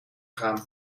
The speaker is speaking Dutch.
gaan